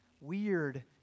weird